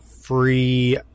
free